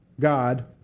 God